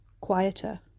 quieter